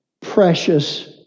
precious